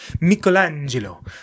michelangelo